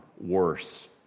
worse